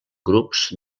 grups